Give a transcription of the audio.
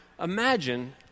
imagine